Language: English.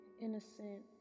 innocent